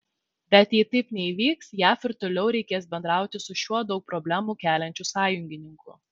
bet jei taip neįvyks jav ir toliau reikės bendrauti su šiuo daug problemų keliančiu sąjungininku